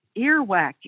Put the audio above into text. earwax